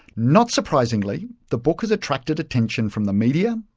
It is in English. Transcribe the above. not surprisingly, the book has attracted attention from the media,